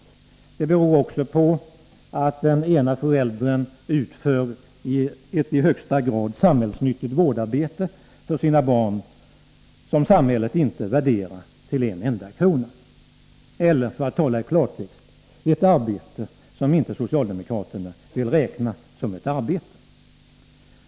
Skillnaden i standard beror också på att den ena föräldern utför ett i högsta grad samhällsnyttigt vårdarbete för sina barn, som samhället inte värderar till en enda krona — ett arbete som, för att tala i klartext, socialdemokraterna inte vill räkna som ett arbete.